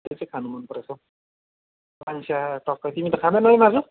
त्यो चाहिँ खानु मनपरेको छ हौ लाङ्स्या टक्कै तिमी त खाँदैनौ है मासु